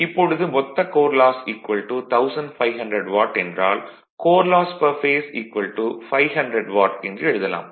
இப்பொழுது மொத்த core loss 1500 watt என்றால் core loss per phase 500 watt என்று எழுதலாம்